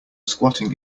squatting